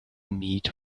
meet